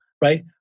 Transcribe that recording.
right